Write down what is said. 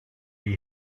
you